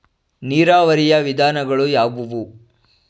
ನೀರಾವರಿಯ ವಿಧಾನಗಳು ಯಾವುವು?